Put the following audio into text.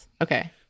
Okay